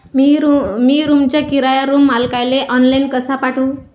मी रूमचा किराया रूम मालकाले ऑनलाईन कसा पाठवू?